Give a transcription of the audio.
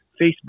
Facebook